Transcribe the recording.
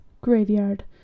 Graveyard